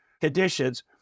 conditions